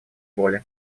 воли